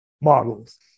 models